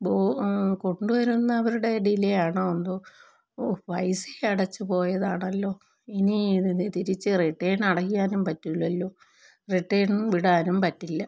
ബോ ആ കൊണ്ടുവരുന്നവരുടെ ഡിലെ ആണോ എന്തോ ഓഹ് പൈസയടച്ചുപോയതാണല്ലോ ഇനി ഇതിനെ തിരിച്ച് റിട്ടേൺ അടക്കാനും പറ്റില്ലല്ലോ റിട്ടേൺ വിടാനും പറ്റില്ല